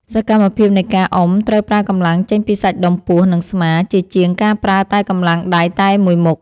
សកម្មភាពនៃការអុំត្រូវប្រើកម្លាំងចេញពីសាច់ដុំពោះ និងស្មា ជាជាងការប្រើតែកម្លាំងដៃតែមួយមុខ។